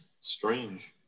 Strange